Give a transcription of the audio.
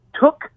took